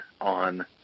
on